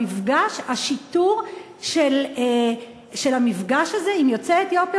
המפגש של השיטור הזה עם יוצאי אתיופיה